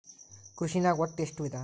ಕೃಷಿನಾಗ್ ಒಟ್ಟ ಎಷ್ಟ ವಿಧ?